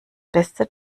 beste